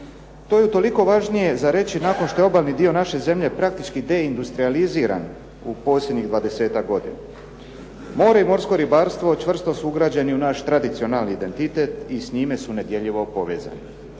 To je utoliko važnije reći nakon što je obalni dio naše zemlje praktički deindustrijaliziran u posljednjih 10-tak godine. More i morsko ribarstvo čvrstu su ugrađeni u naš tradicionalni identitet i s njime su nedjeljivo povezani.